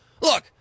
Look